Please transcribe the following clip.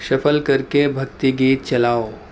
shuffle کر کے بھکتی گیت چلاؤ